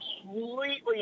completely